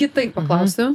kitaip paklausiu